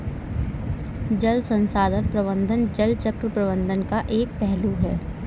जल संसाधन प्रबंधन जल चक्र प्रबंधन का एक पहलू है